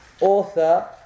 author